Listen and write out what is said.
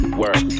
work